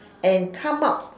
and come up